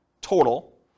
total